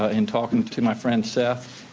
ah in talking to my friend seth.